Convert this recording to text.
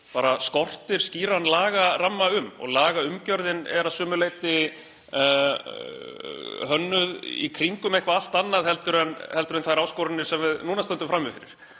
kannski bara skýran lagaramma um. Lagaumgjörðin er að sumu leyti hönnuð í kringum eitthvað allt annað heldur en þær áskoranir sem við stöndum nú frammi fyrir